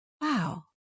wow